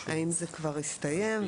האם זה כבר הסתיים?